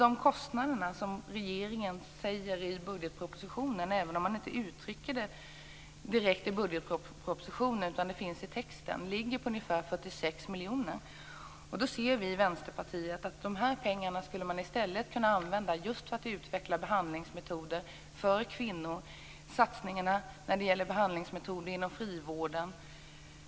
De kostnader som regeringen skriver om i budgetpropositionen är ungefär 46 miljoner. Vi i Vänsterpartiet anser att man i stället skulle kunna använda de pengarna för att utveckla behandlingsmetoder för kvinnor och inom frivården.